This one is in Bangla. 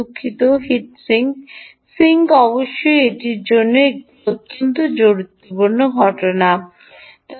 দুঃখিত হিট সিঙ্ক সিঙ্ক অবশ্যই এটির জন্য একটি জরুরি প্রয়োজন হয়ে উঠবে